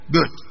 Good